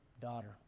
daughter